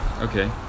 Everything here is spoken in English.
Okay